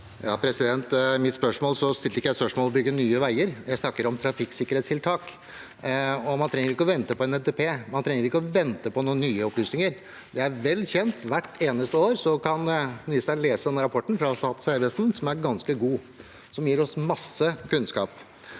I mitt spørsmål spurte jeg ikke om å bygge nye veier; jeg snakket om trafikksikkerhetstiltak. Man trenger ikke å vente på en NTP, man trenger ikke å vente på noen nye opplysninger. Det er vel kjent. Hvert eneste år kan ministeren lese rapportene fra Statens vegvesen, som er ganske gode og gir oss masse kunnskap.